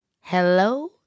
Hello